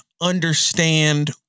understand